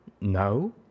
No